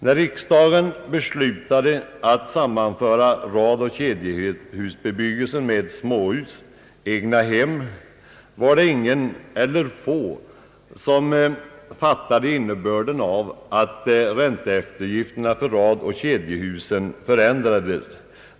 När riksdagen beslöt att sammanföra radoch kedjehus med småhus — egnahem — var det ingen eller få som förstod innebörden av att ränteeftergifterna för radoch kedjehusen förändrades.